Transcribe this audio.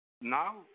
Now